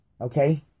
Okay